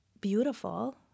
beautiful